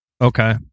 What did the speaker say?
Okay